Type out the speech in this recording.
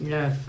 Yes